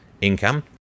income